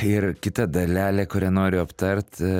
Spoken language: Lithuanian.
ir kita dalelė kurią noriu aptart